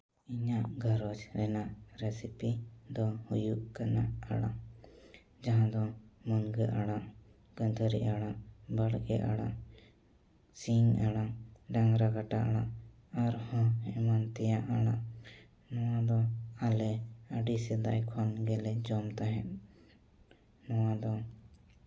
ᱤᱧᱟᱹᱜ ᱜᱷᱟᱨᱚᱸᱡᱽ ᱨᱮᱭᱟᱜ ᱨᱮᱥᱤᱯᱤ ᱫᱚ ᱦᱩᱭᱩᱜ ᱠᱟᱱᱟ ᱟᱲᱟᱜ ᱡᱟᱦᱟᱸ ᱫᱚ ᱢᱩᱱᱜᱟᱹ ᱟᱲᱟᱜ ᱜᱟᱺᱫᱷᱟᱹᱨᱤ ᱟᱲᱟᱜ ᱵᱟᱲᱜᱮ ᱟᱲᱟᱜ ᱥᱤᱧ ᱟᱲᱟᱜ ᱰᱟᱝᱨᱟ ᱠᱟᱴᱟ ᱟᱲᱟᱜ ᱟᱨᱦᱚᱸ ᱮᱢᱟᱱ ᱛᱮᱭᱟᱜ ᱟᱲᱟᱜ ᱱᱚᱣᱟ ᱫᱚ ᱟᱞᱮ ᱟᱹᱰᱤ ᱥᱮᱫᱟᱭ ᱠᱷᱚᱱ ᱜᱮᱞᱮ ᱡᱚᱢ ᱛᱟᱦᱮᱸᱫ ᱱᱚᱣᱟ ᱫᱚ